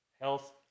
health